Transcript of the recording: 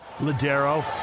Ladero